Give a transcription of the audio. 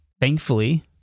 Thankfully